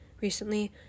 recently